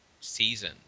season